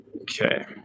Okay